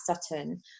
Sutton